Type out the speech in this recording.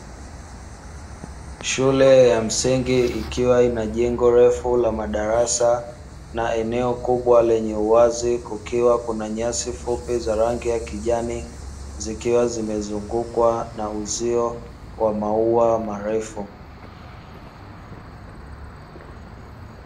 Shule ya msingi ikiwa inajengo refu la madarasa na eneo kubwa lenye uwazi kukiwa kuna nyasi fupi za rangi ya kijani, zikiwa zimezungukwa na uzio wa maua marefu .